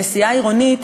נסיעה עירונית,